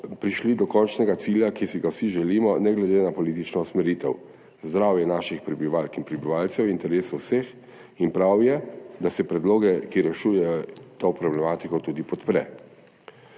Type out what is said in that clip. prišli do končnega cilja, ki si ga vsi želimo ne glede na politično usmeritev. Zdravje naših prebivalk in prebivalcev je v interesu vseh in prav je, da se predloge, ki rešujejo to problematiko, tudi podpre.«